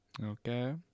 okay